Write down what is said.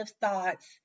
thoughts